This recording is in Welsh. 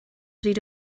bryd